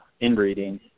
inbreeding